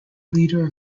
leader